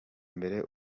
mbere